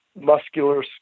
muscular